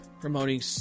promoting